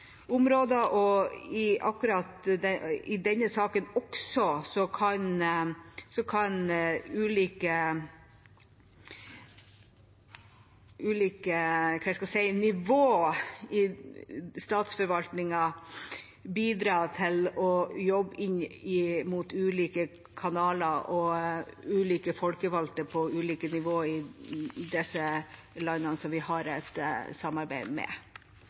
områder, og akkurat i denne saken også kan – hva skal jeg si – ulike nivå i statsforvaltningen bidra til å jobbe i ulike kanaler og inn mot ulike folkevalgte på ulike nivå i de landene som vi har et samarbeid med.